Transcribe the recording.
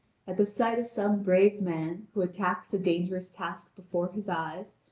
at the sight of some brave man who attacks a dangerous task before his eyes,